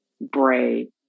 Bray